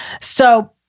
So-